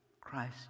Christ